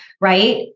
Right